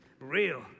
real